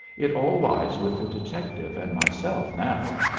it all lies with the detective and myself now.